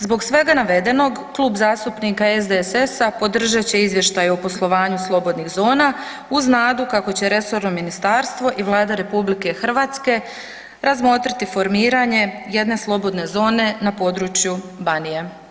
Zbog svega navedenog, Klub zastupnika SDSS-a podržat će Izvještaj o poslovanju slobodnih zona, uz nadu kako će resorno ministarstvo i Vlada RH razmotriti formiranje jedne slobodne zone na području Banije.